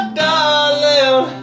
darling